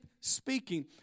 speaking